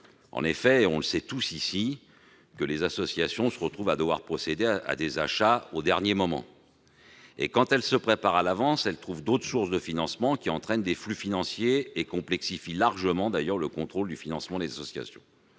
En effet, nous en sommes tous conscients, les associations doivent procéder à des achats au dernier moment. Quand elles se préparent en avance, elles trouvent d'autres sources de financement, qui entraînent des flux financiers et complexifient largement le contrôle du financement des associations.